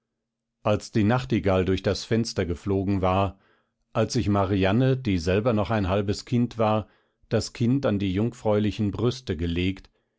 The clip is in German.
als die nachtigall durch das fenster geflogen war als ich marianne die selber noch ein halbes kind war das kind an die jungfräulichen brüste gelegt